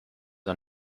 are